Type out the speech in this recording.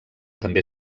també